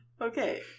Okay